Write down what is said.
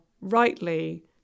rightly